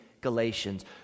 Galatians